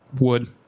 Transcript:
Wood